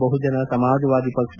ಬಹುಜನ ಸಮಾಜವಾದಿ ಪಕ್ಷ